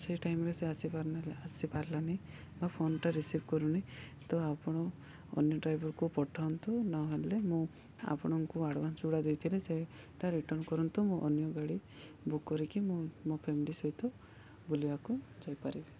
ସେ ଟାଇମ୍ରେ ସେ ଆସିପାରିନା ଆସିପାରିଲାନି ବା ଫୋନ୍ଟା ରିସିଭ୍ କରୁନି ତ ଆପଣ ଅନ୍ୟ ଡ୍ରାଇଭରକୁ ପଠନ୍ତୁ ନହେଲେ ମୁଁ ଆପଣଙ୍କୁ ଆଡ଼ଭାନ୍ସ ଗୁଡ଼ା ଦେଇଥିଲି ସେଇଟା ରିଟର୍ଣ୍ଣ କରନ୍ତୁ ମୁଁ ଅନ୍ୟ ଗାଡ଼ି ବୁକ୍ କରିକି ମୁଁ ମୋ ଫ୍ୟାମିଲି ସହିତ ବୁଲିବାକୁ ଯାଇପାରିବି